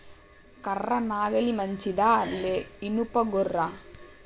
కర్ర నాగలి మంచిదా లేదా? ఇనుప గొర్ర?